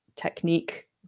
technique